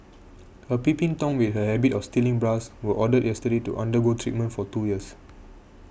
a peeping tom with a habit of stealing bras was ordered yesterday to undergo treatment for two years